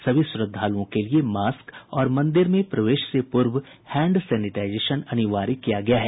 सभी श्रद्धालुओं के लिये मास्क और मंदिर में प्रवेश से पूर्व हैंड सेनेटाईजेशन अनिवार्य किया गया है